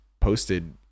posted